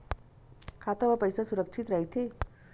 खाता मा पईसा सुरक्षित राइथे?